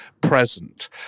present